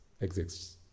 exists